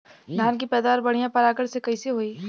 धान की पैदावार बढ़िया परागण से कईसे होई?